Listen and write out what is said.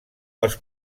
els